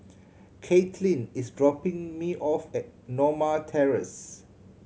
Kaitlyn is dropping me off at Norma Terrace